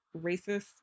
racist